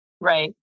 Right